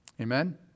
Amen